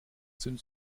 sind